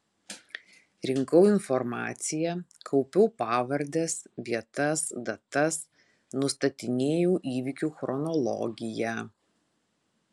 rinkau informaciją kaupiau pavardes vietas datas nustatinėjau įvykių chronologiją